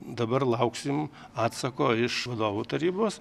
dabar lauksim atsako iš vadovų tarybos